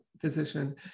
physician